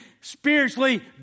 spiritually